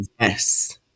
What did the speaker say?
Yes